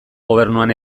gobernuan